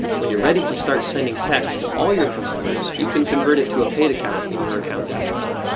when you're ready to start sending texts all your customers you can convert it to a paid account in your account dashboard.